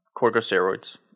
corticosteroids